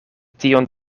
tion